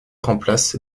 remplace